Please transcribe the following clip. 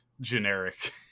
generic